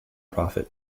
profit